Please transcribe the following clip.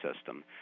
system